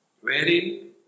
wherein